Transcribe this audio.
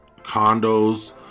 condos